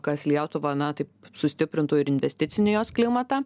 kas lietuvą na taip sustiprintų ir investicinį jos klimatą